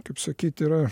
kaip sakyti yra